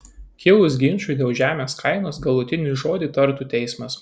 kilus ginčui dėl žemės kainos galutinį žodį tartų teismas